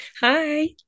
Hi